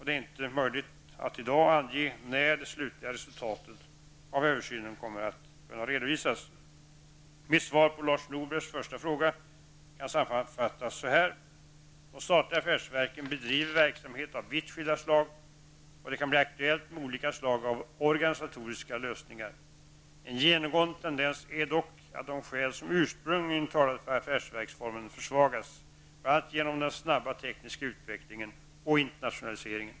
Det är inte möjligt att i dag ange när det slutliga resultatet av översynen kommer att kunna redovisas. Mitt svar på Lars Norbergs första fråga kan sammanfattas så här. De statliga affärsverken bedriver verksamhet av vitt skilda slag, och det kan bli aktuellt med olika slag av organisatoriska lösningar. En genomgående tendens är dock att de skäl som ursprungligen talade för affärsverksformen försvagas, bl.a. genom den snabba tekniska utvecklingen och internationaliserinen.